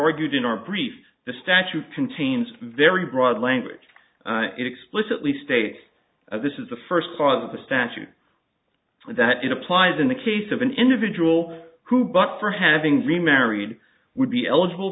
argued in our brief the statute contains very broad language it explicitly states that this is the first cause of a statute that it applies in the case of an individual who but for having remarried would be eligible